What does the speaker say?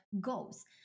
goals